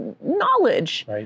knowledge